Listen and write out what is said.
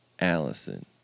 Allison